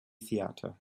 theatre